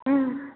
ம்